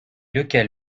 lequel